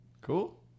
Cool